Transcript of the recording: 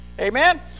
Amen